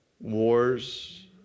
wars